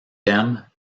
thème